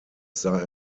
sei